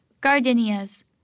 Gardenias